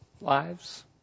lives